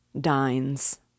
dines